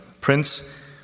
Prince